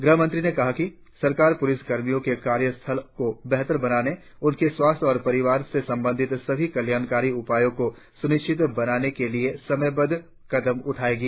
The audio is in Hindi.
गृहमंत्री ने कहा कि सरकार पुलिस कर्मियों के कार्य स्थल को बेहतर बनाने उनके स्वास्थ्य और परिवार से संबंधित सभी कल्याणकारी उपायों को सुनिश्चित बनाने के लिए समयबद्ध कदम उठायेगी